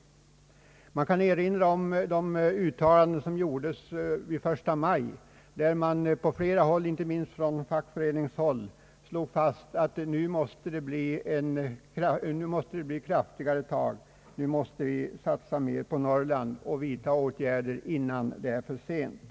Det kan här också erinras om de uttalanden som gjordes den 1 maj, då man på flera håll inte minst från fackföreningsrörelsen slog fast att nu måste det bli kraftigare tag, nu måste vi satsa mer på Norrland och vidta åtgärder innan det är för sent.